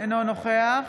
אינו נוכח